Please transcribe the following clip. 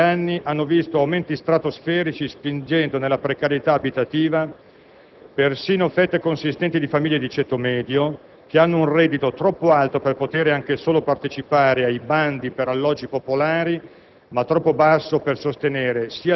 I canoni di locazione in pochi anni hanno visto aumenti stratosferici, spingendo nella precarietà abitativa persino fette consistenti di famiglie di ceto medio che hanno un reddito troppo alto per poter anche solo partecipare ai bandi per l'assegnazione di